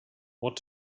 what